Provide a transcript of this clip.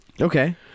Okay